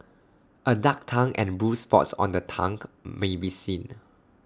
A dark tongue and bruised spots on the tongue may be seen